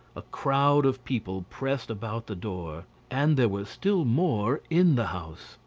a crowd of people pressed about the door, and there were still more in the house.